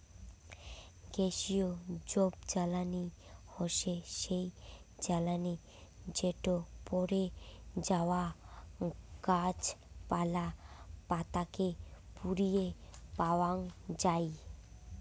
গ্যাসীয় জৈবজ্বালানী হসে সেই জ্বালানি যেটো পড়ে যাওয়া গাছপালা, পাতা কে পুড়িয়ে পাওয়াঙ যাই